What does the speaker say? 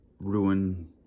ruin